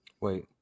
Wait